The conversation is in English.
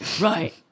right